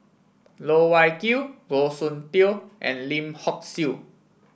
Loh Wai Kiew Goh Soon Tioe and Lim Hock Siew